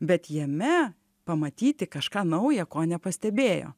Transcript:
bet jame pamatyti kažką nauja ko nepastebėjo